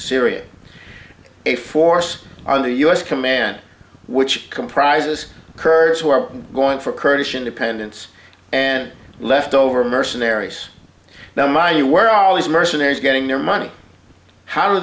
syria a force under u s command which comprises kurds who are going for kurdish independence and leftover mercenaries now my you were all these mercenaries getting their money how do